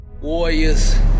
Warriors